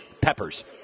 peppers